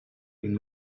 been